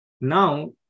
Now